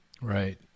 Right